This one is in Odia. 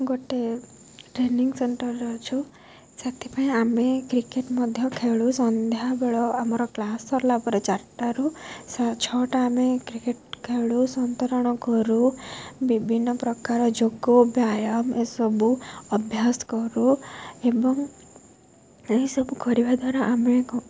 ଗୋଟିଏ ଟ୍ରେନିଂ ସେଣ୍ଟର୍ରେ ଅଛୁ ସେଥିପାଇଁ ଆମେ କ୍ରିକେଟ୍ ମଧ୍ୟ ଖେଳୁ ସନ୍ଧ୍ୟାବେଳ ଆମର କ୍ଲାସ୍ ସରିଲା ପରେ ଚାରିଟାରୁ ଛଅଟା ଆମେ କ୍ରିକେଟ୍ ଖେଳୁ ସନ୍ତରଣ କରୁ ବିଭିନ୍ନ ପ୍ରକାର ଯୋଗ ବ୍ୟାୟାମ ଏସବୁ ଅଭ୍ୟାସ କରୁ ଏବଂ ଏହିସବୁ କରିବା ଦ୍ୱାରା ଆମେ